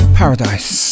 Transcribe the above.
paradise